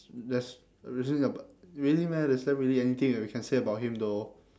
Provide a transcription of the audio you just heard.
that's reasoning about really meh is there really anything that we can say about him though